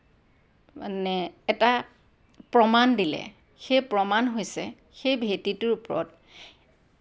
মানে এটা প্ৰমাণ দিলে সেই প্ৰমাণ হৈছে সেই ভেটিটোৰ ওপৰত